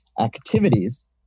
activities